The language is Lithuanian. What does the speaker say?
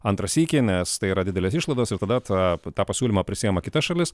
antrą sykį nes tai yra didelės išlaidos ir tada tą tą pasiūlymą prisiema kita šalis